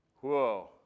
Whoa